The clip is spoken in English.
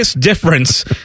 difference